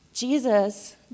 Jesus